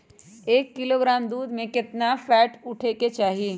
एक किलोग्राम दूध में केतना फैट उठे के चाही?